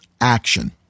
action